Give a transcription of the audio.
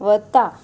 वता